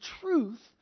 truth